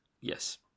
Yes